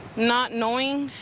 not knowing